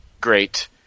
great